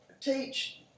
teach